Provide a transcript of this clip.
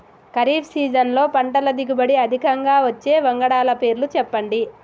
ఖరీఫ్ సీజన్లో పంటల దిగుబడి అధికంగా వచ్చే వంగడాల పేర్లు చెప్పండి?